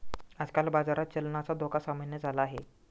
आजकाल बाजारात चलनाचा धोका सामान्य झाला आहे